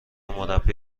مربی